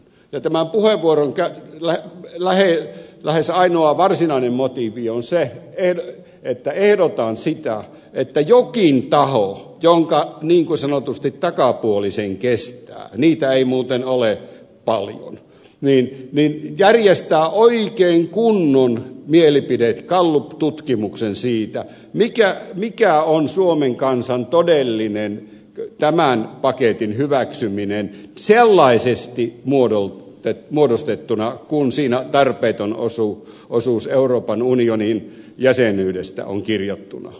tämän puheenvuoron lähes ainoa varsinainen motiivi on se että ehdotan sitä että jokin taho jonka niin sanotusti takapuoli sen kestää niitä ei muuten ole paljon järjestää oikein kunnon mielipide gallup tutkimuksen siitä mikä on suomen kansan todellinen tämän paketin hyväksyminen sellaisesti muodostettuna kuin siinä tarpeeton osuus euroopan unionin jäsenyydestä on kirjattuna